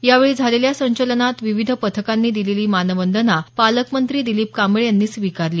यावेळी झालेल्या संचलनात विविध पथकांनी दिलेली मानवंदना पालकमंत्री दिलीप कांबळे यांनी स्वीकारली